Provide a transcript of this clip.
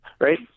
Right